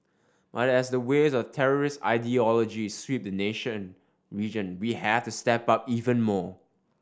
but as the waves of terrorist ideology sweep the nation region we have to step up even more